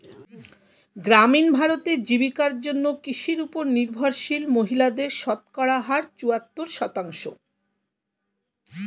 গ্রামীণ ভারতে, জীবিকার জন্য কৃষির উপর নির্ভরশীল মহিলাদের শতকরা হার চুয়াত্তর শতাংশ